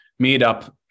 meetup